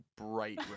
bright